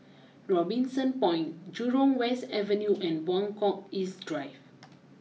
Robinson Point Jurong West Avenue and Buangkok East Drive